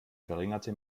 verringerte